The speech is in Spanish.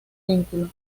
vehículo